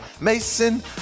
mason